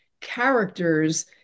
characters